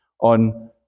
on